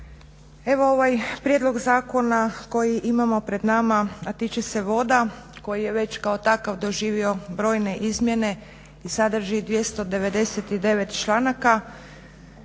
Evo ovaj prijedlog zakona koji imamo pred nama, a tiče se voda koji je već kao takav doživo brojne izmjene i sadrži 299 članaka